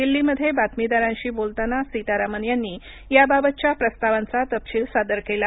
दिल्लीमध्ये बातमीदारांशी बोलताना सीतारामन यांनी या बाबतच्या प्रस्तावांचा तपशील सादर केला